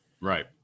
right